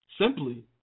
simply